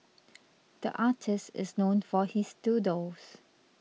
the artist is known for his doodles